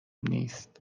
نیست